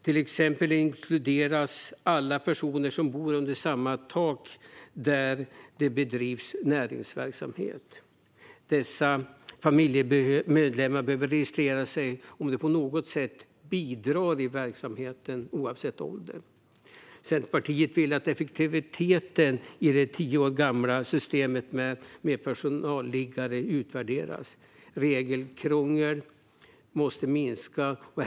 Till exempel inkluderas alla personer som bor under samma tak där näringsverksamhet bedrivs. Dessa familjemedlemmar behöver, oavsett ålder, registrera sig om de på något sätt bidrar till verksamheten. Centerpartiet vill att effektiviteten i det tio år gamla systemet med personalliggare utvärderas. Regelkrånglet måste minska.